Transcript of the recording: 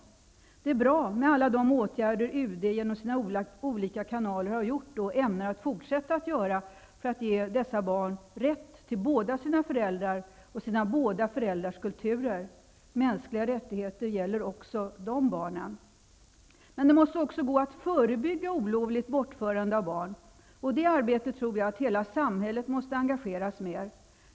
Det är bra med alla de åtgärder UD genom sina olika kanaler har gjort och ämnar fortsätta att göra, för att ge dessa barn rätt till båda sina föräldrar och båda föräldrarnas kulturer. Mänskliga rättigheter gäller också dessa barn. Men det måste också gå att förbygga olovligt bortförande av barn. I det arbetet tror jag att hela samhället måste engageras mer.